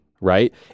right